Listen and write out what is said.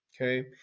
Okay